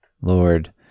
Lord